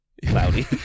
Cloudy